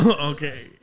Okay